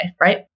right